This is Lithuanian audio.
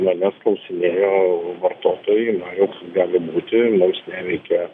manęs klausinėjo vartotojai na juk gali būti mums neveikia